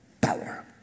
power